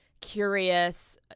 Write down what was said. curious